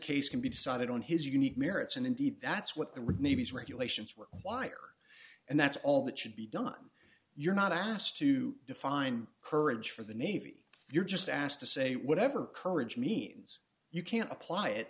case can be decided on his unique merits and indeed that's what the real maybes regulations were wire and that's all that should be done you're not asked to define courage for the navy you're just asked to say whatever courage means you can apply it